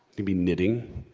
could be knitting,